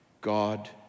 God